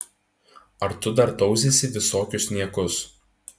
ar tu dar tauzysi visokius niekus